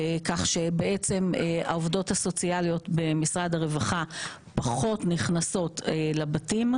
כך שבעצם העובדות הסוציאליות במשרד הרווחה פחות נכנסות לבתים,